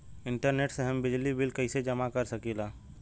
Internet से हम बिजली बिल कइसे जमा कर सकी ला?